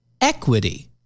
equity